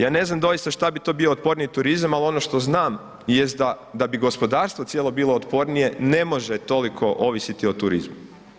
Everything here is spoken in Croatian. Ja ne znam doista šta bi to bio otporniji turizam ali ono što znam jest da bi gospodarstvo cijelo bilo otpornije, ne može toliko ovisiti o turizmu.